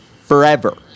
Forever